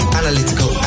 analytical